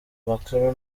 makuru